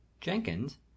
Jenkins